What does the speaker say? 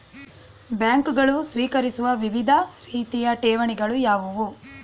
ಬ್ಯಾಂಕುಗಳು ಸ್ವೀಕರಿಸುವ ವಿವಿಧ ರೀತಿಯ ಠೇವಣಿಗಳು ಯಾವುವು?